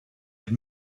had